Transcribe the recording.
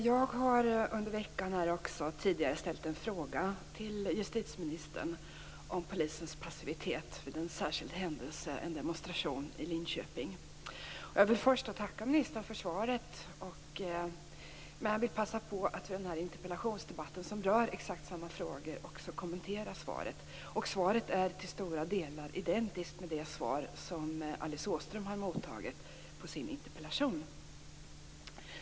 Fru talman! Jag har tidigare under veckan ställt en fråga till justitieministern om polisens passivitet vid en särskild händelse, en demonstration i Linköping. Jag vill först tacka ministern för svaret, men jag vill också passa på att i den här interpellationsdebatten, som rör exakt samma frågor, kommentera svaret. Svaret är till stora delar identiskt med det svar som Alice Åström har mottagit på sin interpellation.